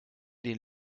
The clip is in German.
den